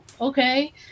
okay